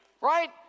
right